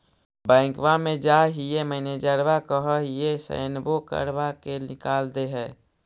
बैंकवा मे जाहिऐ मैनेजरवा कहहिऐ सैनवो करवा के निकाल देहै?